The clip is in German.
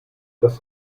das